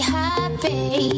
happy